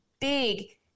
big